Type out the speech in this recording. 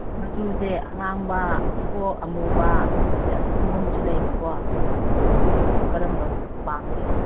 ꯃꯆꯨꯁꯦ ꯑꯉꯥꯡꯕ ꯍꯤꯒꯣꯛ ꯑꯃꯨꯕ ꯑꯗꯒꯤ ꯑꯁꯤꯒꯨꯝꯕꯁꯨ ꯂꯩꯕꯀꯣ ꯑꯗꯨ ꯀꯔꯝꯕ ꯄꯥꯝꯒꯦ